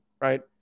right